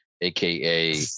aka